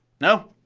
no?